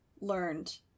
learned